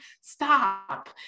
stop